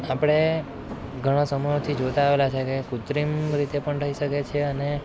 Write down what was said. આપણે ઘણાં સમયોથી જોતાં આવેલા છીએ કે કૃત્રિમ રીતે પણ થઈ શકે છે અને